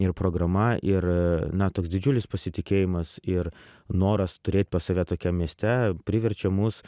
ir programa ir na toks didžiulis pasitikėjimas ir noras turėt pas save tokiam mieste priverčia mus